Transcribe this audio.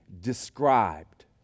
described